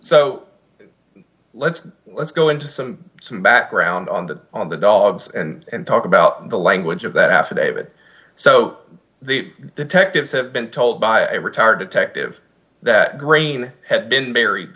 so let's let's go into some some background on the on the dogs and talk about the language of that affidavit so the detectives have been told by a retired detective that grain had been buried